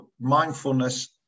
mindfulness